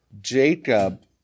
Jacob